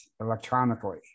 electronically